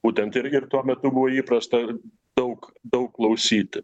būtent irgi ir tuo metu buvo įprasta daug daug klausyti